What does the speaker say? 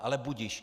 Ale budiž.